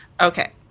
Okay